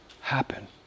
happen